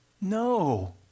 No